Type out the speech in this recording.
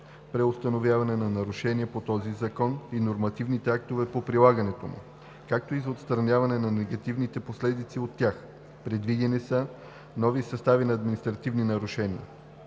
преустановяване на нарушенията по този закон и нормативните актове по прилагането му, както и за отстраняване на негативните последици от тях. Предвидени са нови състави на административни нарушения.